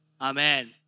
Amen